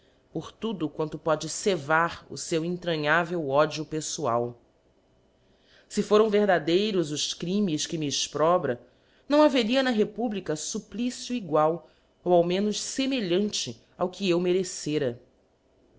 por tudo quanto pode cevar o feu entranbavel ódio pedtoal se foram verdadeiros os crimes que me exprobra não haveria na republica fupphcio egual ou ao menos femeihante ao que eu merecera